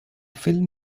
film